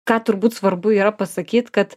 ką turbūt svarbu yra pasakyt kad